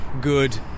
good